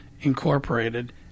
Incorporated